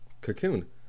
cocoon